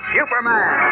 Superman